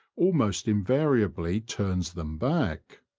almost invariably turns them back.